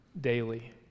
daily